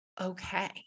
okay